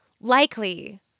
likely